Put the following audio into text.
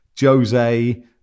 Jose